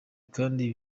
kandi